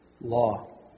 law